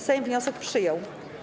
Sejm wniosek przyjął.